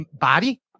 body